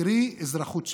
קרי, אזרחות שווה,